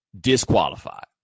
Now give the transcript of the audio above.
disqualified